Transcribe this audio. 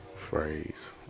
phrase